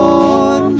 on